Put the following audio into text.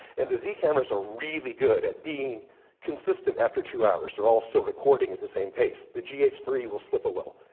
and the z cameras are really good, at being consistent after two hours. they're all still recording at the same pace. the g h three will slip a little.